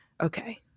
Okay